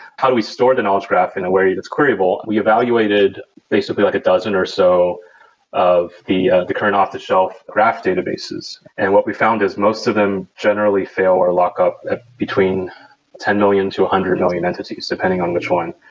how do we store the knowledge graph in a way that's queryable? we evaluated basically like a dozen or so of the the current of the shelf graph databases, and what we found is most of them generally fail or lockup between ten million to one hundred million entities depending on which one.